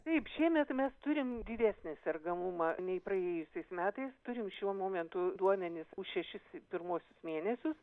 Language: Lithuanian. taip šiemet mes turim didesnį sergamumą nei praėjusiais metais turim šiuo momentu duomenis už šešis pirmuosius mėnesius